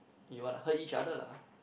you want to hurt each other lah